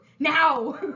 Now